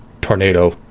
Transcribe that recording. tornado